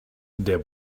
der